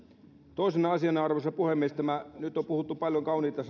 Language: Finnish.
toisena asiana arvoisa puhemies nyt on puhuttu paljon kauniita